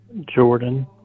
Jordan